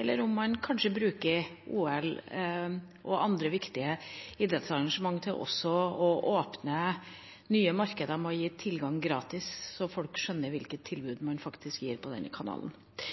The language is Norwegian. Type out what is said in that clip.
eller om man kanskje bruker OL og andre viktige idrettsarrangementer til å åpne nye markeder ved å gi tilgang gratis, slik at folk skjønner hvilke tilbud man faktisk gir på den kanalen.